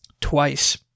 twice